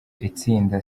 itsinda